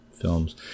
films